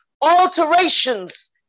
Alterations